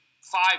five